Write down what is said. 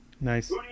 Nice